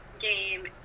game